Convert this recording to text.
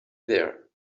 were